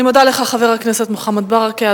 אני מודה לך, חבר הכנסת מוחמד ברכה.